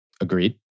Agreed